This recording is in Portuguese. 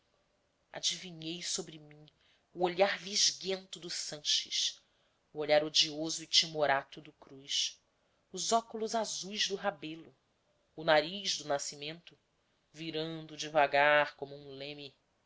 adivinhei sobre mim o olhar visguento do sanches o olhar odioso e timorato do cruz os óculos azuis do rebelo o nariz do nascimento virando devagar como um leme